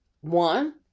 One